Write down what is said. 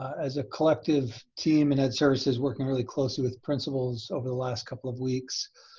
as a collective team and ed services working really closely with principals over the last couple of weeks.